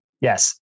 Yes